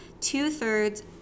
two-thirds